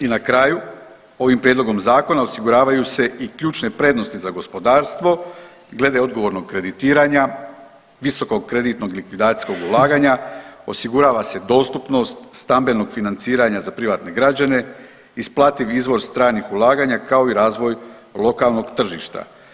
I na kraju ovim prijedlogom zakona osiguravaju se i ključne prednosti za gospodarstvo glede odgovornog kreditiranja, visokog kreditnog likvidacijskog ulaganja, osigurava se dostupnost stambenog financiranja za privatne građane, isplativ izvor stranih ulaganja kao i razvoj lokalnog tržišta.